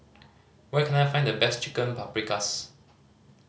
where can I find the best Chicken Paprikas